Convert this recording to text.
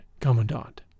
Commandant